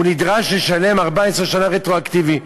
והיא נדרשה לשלם 14 שנה רטרואקטיבית,